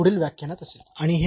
तर हे पुढील व्याख्यानात असेल